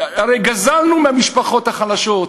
הרי גזלנו מהמשפחות החלשות,